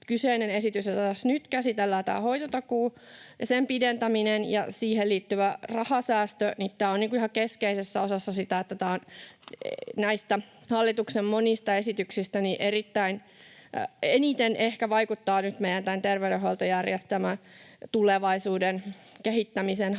kyseinen esitys, jota tässä nyt käsitellään, tämä hoitotakuu ja sen pidentäminen ja siihen liittyvä rahasäästö, on ihan keskeisessä osassa niin että tämä näistä hallituksen monista esityksistä eniten ehkä vaikuttaa nyt tämän meidän terveydenhuoltojärjestelmän tulevaisuuden kehittämisen haasteisiin